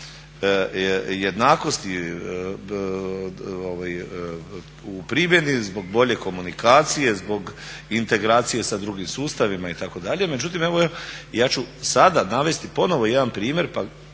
jednakosti u primjeni zbog bolje komunikacije, zbog integracije sa drugim sustavima itd.. Međutim evo ja ću sada navesti ponovno jedan primjer